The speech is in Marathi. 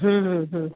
हं हं हं